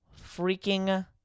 freaking